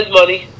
money